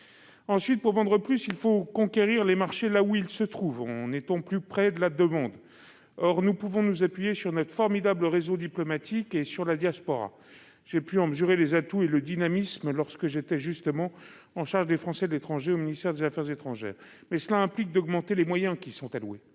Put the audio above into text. Ensuite, pour vendre plus, il faut conquérir les marchés là où ils se trouvent, en étant au plus près de la demande. Pour cela, nous pouvons nous appuyer sur notre formidable réseau diplomatique et sur la diaspora, dont j'ai pu mesurer les atouts et le dynamisme lorsque j'étais en charge des Français de l'étranger au ministère des affaires étrangères. Mais cela implique aussi d'augmenter les moyens alloués